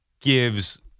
gives